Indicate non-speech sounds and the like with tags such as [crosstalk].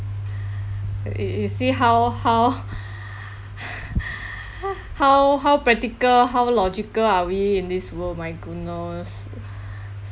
you you see how how [laughs] [breath] how how practical how logical are we in this world my goodness